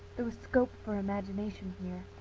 there was scope for imagination here.